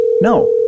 No